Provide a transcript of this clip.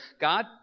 God